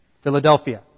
Philadelphia